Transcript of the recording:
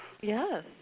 Yes